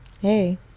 Hey